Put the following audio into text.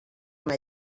una